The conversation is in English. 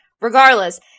Regardless